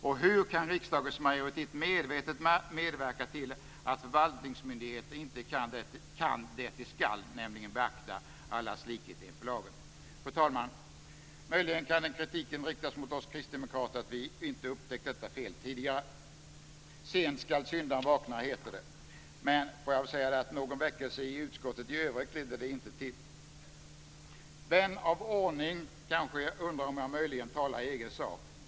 Och hur kan riksdagens majoritet medvetet medverka till att förvaltningsmyndigheter inte kan det de ska, nämligen beakta allas likhet inför lagen? Fru talman! Möjligen kan den kritiken riktas mot oss kristdemokrater att vi inte upptäckt detta fel tidigare. Sent ska syndarn vakna heter det. Men någon väckelse i utskottet i övrigt ledde det inte till. Vän av ordning kanske undrar om jag möjligen talar i egen sak.